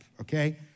okay